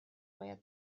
باید